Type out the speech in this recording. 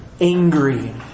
angry